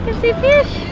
see fish.